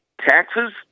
taxes